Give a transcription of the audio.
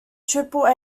triple